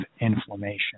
inflammation